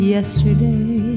yesterday